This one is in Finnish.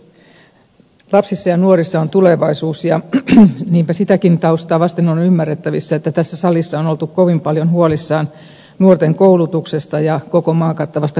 lapsissa ja nuorissa on tulevaisuus ja niinpä sitäkin taustaa vasten on ymmärrettävissä että tässä salissa on oltu kovin paljon huolissaan nuorten koulutuksesta ja koko maan kattavasta koulutusverkostosta